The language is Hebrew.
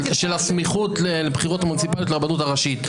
-- של הסמיכות לבחירות המוניציפליות לרבנות הראשית,